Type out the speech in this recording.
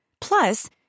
plus